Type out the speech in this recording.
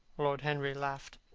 lord henry laughed.